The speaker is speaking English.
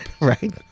Right